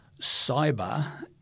cyber